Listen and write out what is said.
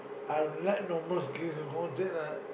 I like normal space and all that ah